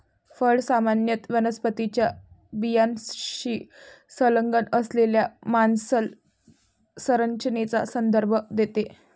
फळ सामान्यत वनस्पतीच्या बियाण्याशी संलग्न असलेल्या मांसल संरचनेचा संदर्भ देते